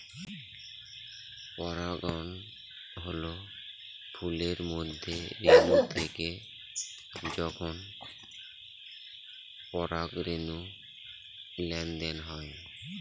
পরাগায়ন হল ফুলের মধ্যে রেনু থেকে যখন পরাগরেনুর লেনদেন হয়